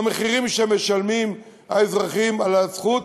עם המחירים שמשלמים האזרחים על הזכות